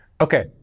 Okay